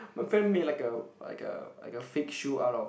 my friend made like a like a like a fake shoe out of